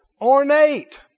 ornate